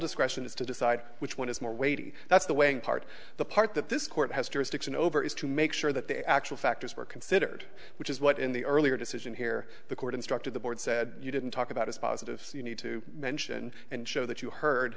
discretion is to decide which one is more weighty that's the way and part the part that this court has jurisdiction over is to make sure that the actual factors were considered which is what in the earlier decision here the court instructed the board said you didn't talk about is positive so you need to mention and show that you heard